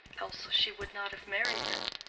else she would not have married him.